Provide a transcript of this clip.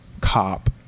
cop